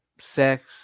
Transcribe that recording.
sex